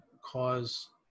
cause